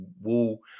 wall